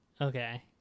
Okay